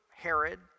Herod